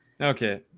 Okay